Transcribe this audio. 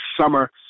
summer